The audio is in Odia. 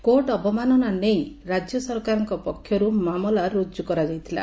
କୋର୍ଟ ଅବମାନନା ନେଇ ରାଜ୍ୟ ସରକାରଙ୍କ ପକ୍ଷରୁ ମାମଲା ରୁଜୁ କରାଯାଇଥିଲା